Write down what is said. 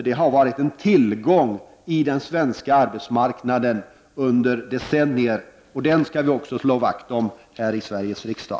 Det har varit en tillgång i den svenska arbetsmarknaden under decennier, och den skall vi också slå vakt om här i Sveriges riksdag.